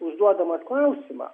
užduodamas klausimą